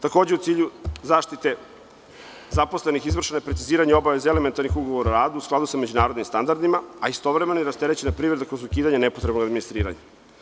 Takođe, u cilju zaštite zaposlenih, izvršeno je preciziranje obaveze elementarnih ugovora o radu, a u skladu sa međunarodnim standardima, a istovremeno je rasterećena privreda kroz ukidanje nepotrebnog administriranja.